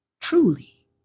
truly